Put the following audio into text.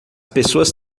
pessoas